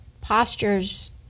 postures